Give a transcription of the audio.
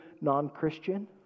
non-Christian